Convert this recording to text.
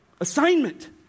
Assignment